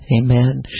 Amen